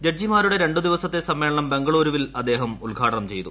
ജഡ്ജിമാരുടെ രണ്ട് ദിവസത്തെ സമ്മേളനം ബംഗളൂരുവിൽ അദ്ദേഹം ഉദ്ഘാടനം ചെയ്തു